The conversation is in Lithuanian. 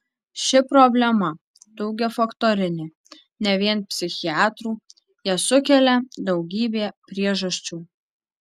ši problema daugiafaktorinė ne vien psichiatrų ją sukelia daugybė priežasčių